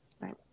right